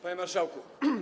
Panie Marszałku!